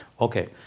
Okay